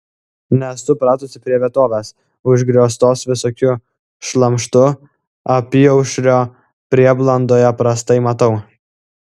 nesu pratusi prie vietovės užgrioztos visokiu šlamštu apyaušrio prieblandoje prastai matau